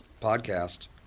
podcast